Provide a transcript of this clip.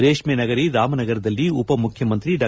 ರೇಷ್ಠೆ ನಗರಿ ರಾಮನಗರದಲ್ಲಿ ಉಪಮುಖ್ಯಮಂತ್ರಿ ಡಾ